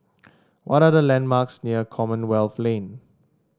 what are the landmarks near Commonwealth Lane